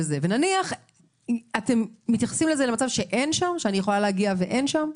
ונניח שאתם מתייחסים למצב שאני יכולה להגיע לשם ואין שם,